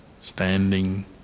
standing